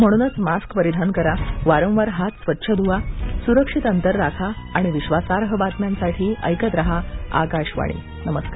म्हणून मास्क परिधान करा वारंवार हात स्वच्छ धूवा सुरक्षित अंतर राखा आणि विश्वासार्ह बातम्यांसाठी ऐकत राहा आकाशवाणी नमस्कार